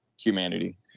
humanity